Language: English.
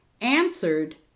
answered